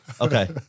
Okay